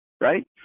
Right